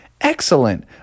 excellent